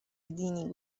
دینی